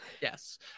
yes